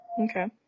Okay